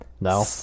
No